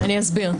אני אסביר.